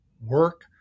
work